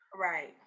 right